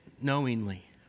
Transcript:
knowingly